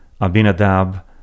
Abinadab